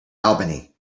albany